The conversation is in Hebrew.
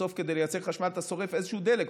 בסוף, כדי לייצר חשמל אתה שורף איזשהו דלק.